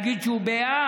להגיד שהוא בעד,